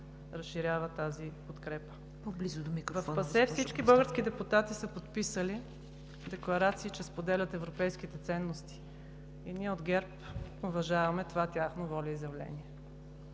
разширява тази подкрепа. В ПАСЕ всички български депутати са подписали декларации, че споделят европейските ценности. Ние от ГЕРБ уважаваме това тяхно волеизявление.